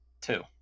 Two